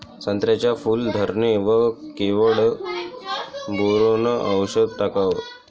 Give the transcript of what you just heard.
संत्र्याच्या फूल धरणे वर केवढं बोरोंन औषध टाकावं?